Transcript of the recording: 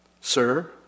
sir